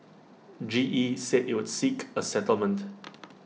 G E said IT would seek A settlement